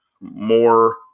more